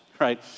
right